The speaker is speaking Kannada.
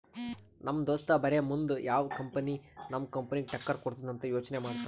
ನಮ್ ದೋಸ್ತ ಬರೇ ಮುಂದ್ ಯಾವ್ ಕಂಪನಿ ನಮ್ ಕಂಪನಿಗ್ ಟಕ್ಕರ್ ಕೊಡ್ತುದ್ ಅಂತ್ ಯೋಚ್ನೆ ಮಾಡ್ತಾನ್